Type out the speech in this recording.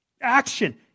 Action